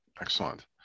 Excellent